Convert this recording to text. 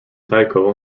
tycho